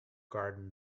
garden